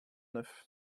neuf